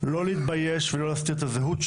לא להתבייש ולא להסתיר את הזהות שלו,